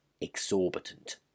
exorbitant